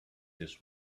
this